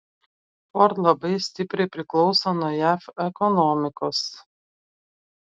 ford labai stipriai priklauso nuo jav ekonomikos